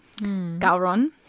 Gauron